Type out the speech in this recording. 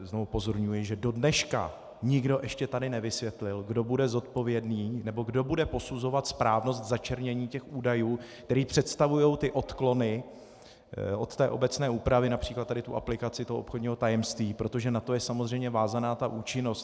Znovu upozorňuji, že do dneška nikdo ještě tady nevysvětlil, kdo bude zodpovědný nebo kdo bude posuzovat správnost začernění těch údajů, které představují odklony od té obecné úpravy, například tady tu aplikaci obchodního tajemství, protože na to je samozřejmě vázaná účinnost.